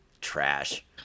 Trash